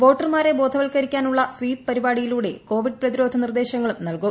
വോട്ടർമാരെ ബോധവല്കരി ക്കാനുള്ള സ്വീപ് പരിപാടിയിലൂടെ കോവിഡ് പ്രതിരോധ നിർദ്ദേശ ങ്ങളും നൽകും